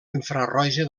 infraroja